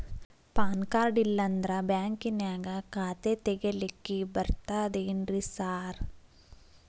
PAN card ಇಲ್ಲಂದ್ರ ಬ್ಯಾಂಕಿನ್ಯಾಗ ಖಾತೆ ತೆಗೆಲಿಕ್ಕಿ ಬರ್ತಾದೇನ್ರಿ ಸಾರ್?